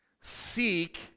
seek